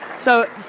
so,